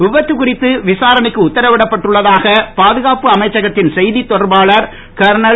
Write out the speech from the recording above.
விபத்து குறித்து விசாரணைக்கு உத்தரவிடப்பட்டுள்ளதாக பாதுகாப்பு அமைச்சகத்தின் செய்தி தொடர்பாளர் கர்னல்